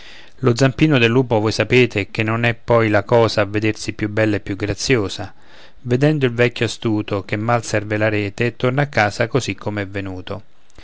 lo zampino del lupo voi sapete che non è poi la cosa a vedersi più bella e più graziosa vedendo il vecchio astuto che mal serve la rete torna a casa così com'è venuto